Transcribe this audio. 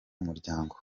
umuryango